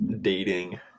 dating